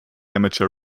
amateur